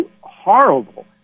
horrible